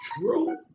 true